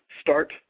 start